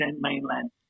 mainland